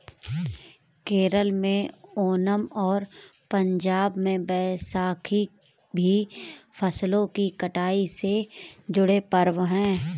केरल में ओनम और पंजाब में बैसाखी भी फसलों की कटाई से जुड़े पर्व हैं